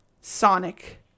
Sonic